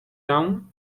down